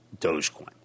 Dogecoin